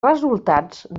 resultats